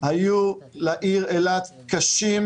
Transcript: היו לעיר אילת קשים,